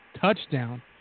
touchdown